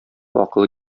акылы